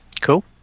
Cool